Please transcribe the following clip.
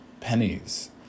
pennies